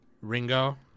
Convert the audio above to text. Ringo